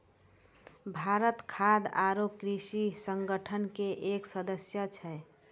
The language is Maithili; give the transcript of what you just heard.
भारत खाद्य आरो कृषि संगठन के एक सदस्य छै